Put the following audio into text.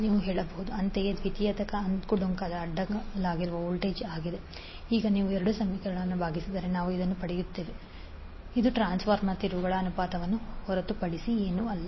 ನೀವು ಹೇಳಬಹುದು v1N1ddt ಅಂತೆಯೇ ದ್ವಿತೀಯಕ ಅಂಕುಡೊಂಕಾದ ಅಡ್ಡಲಾಗಿರುವ ವೋಲ್ಟೇಜ್ ಆಗಿದೆ v2N2ddt ಈಗ ನೀವು ಎರಡೂ ಸಮೀಕರಣಗಳನ್ನು ಭಾಗಿಸಿದರೆ ನಾವು ಪಡೆಯುತ್ತೇವೆ v2v1N2N1n ಇದು ಟ್ರಾನ್ಸ್ಫಾರ್ಮರ್ನ ತಿರುವುಗಳ ಅನುಪಾತವನ್ನು ಹೊರತುಪಡಿಸಿ ಏನೂ ಅಲ್ಲ